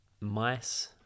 mice